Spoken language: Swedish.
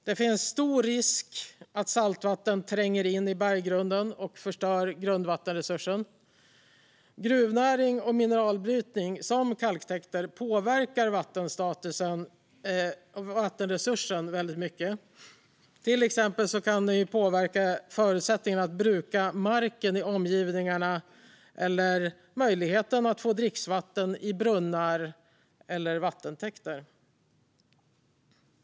Det finns en stor risk att saltvatten tränger in i berggrunden och förstör grundvattenresursen. Gruvnäring och mineralbrytning, som kalktäkter, påverkar vattenresursen mycket. Det kan till exempel påverka förutsättningarna att bruka marken i omgivningarna eller möjligheten att få dricksvatten i brunnar eller vattentäkter.